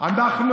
אנחנו